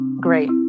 great